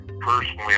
Personally